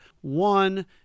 One